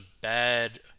bad